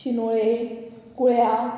शिनोळे कुळ्या